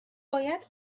باید